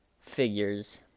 figures